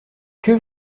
que